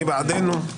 מי בעדנו.